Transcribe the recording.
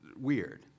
weird